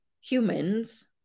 humans